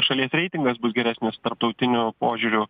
šalies reitingas bus geresnis tarptautiniu požiūriu